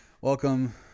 Welcome